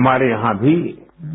हमारे यहां भी